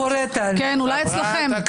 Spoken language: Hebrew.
--- אולי אצלכם.